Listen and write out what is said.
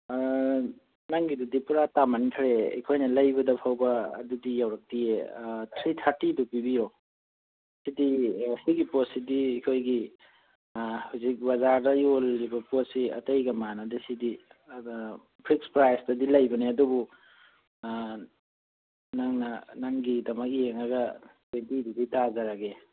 ꯅꯪꯒꯤꯗꯨꯗꯤ ꯄꯨꯔꯥ ꯇꯥꯃꯟꯒꯈ꯭ꯔꯦ ꯑꯩꯈꯣꯏꯅ ꯂꯩꯕꯗ ꯐꯥꯎꯕ ꯑꯗꯨꯗꯤ ꯌꯧꯔꯛꯇꯤꯌꯦ ꯊ꯭ꯔꯤ ꯊꯥꯔꯇꯤꯗꯣ ꯄꯤꯕꯤꯌꯣ ꯁꯤꯗꯤ ꯁꯤꯒꯤ ꯄꯣꯠꯁꯤꯗꯤ ꯑꯩꯈꯣꯏꯒꯤ ꯍꯧꯖꯤꯛ ꯕꯖꯥꯔꯗ ꯌꯣꯜꯂꯤꯕ ꯄꯣꯠꯁꯤ ꯑꯇꯩꯒ ꯃꯥꯅꯗꯦ ꯁꯤꯗꯤ ꯐꯤꯛꯁ ꯄ꯭ꯔꯥꯏꯁꯇꯗꯤ ꯂꯩꯕꯅꯦ ꯑꯗꯨꯕꯨ ꯅꯪꯅ ꯅꯪꯒꯤꯗꯃꯛ ꯌꯦꯡꯉꯒ ꯐꯤꯐꯇꯤꯗꯨꯗꯤ ꯇꯥꯖꯔꯒꯦ